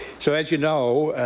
so as you know